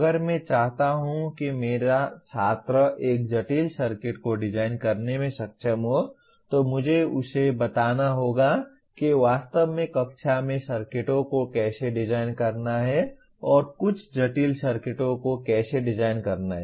अगर मैं चाहता हूं कि मेरा छात्र एक जटिल सर्किट को डिजाइन करने में सक्षम हो तो मुझे उसे बताना होगा कि वास्तव में कक्षा में सर्किटों को कैसे डिज़ाइन करना है और कुछ जटिल सर्किटों को कैसे डिजाइन करना है